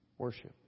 Worship